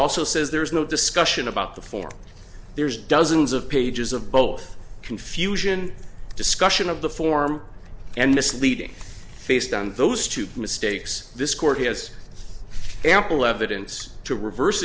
also says there is no discussion about the form there's dozens of pages of both confusion discussion of the form and misleading based on those two mistakes this court has ample evidence to reverse